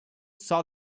saw